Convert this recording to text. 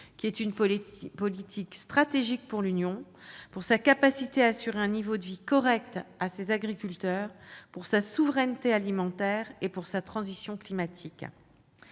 qui est une politique stratégique pour l'Union, pour sa capacité à assurer un niveau de vie correct à ses agriculteurs, pour sa souveraineté alimentaire et pour sa transition climatique ;